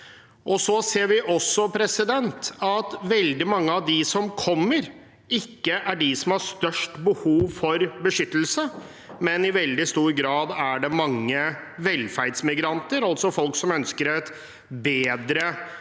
Vi ser også at veldig mange av dem som kommer, ikke er de som har størst behov for beskyttelse. I veldig stor grad er det mange velferdsmigranter som kommer, altså folk som ønsker et bedre liv